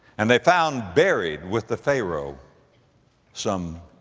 and they found buried with the pharaoh some,